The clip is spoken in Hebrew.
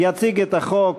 יציג את החוק